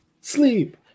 Sleep